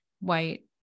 white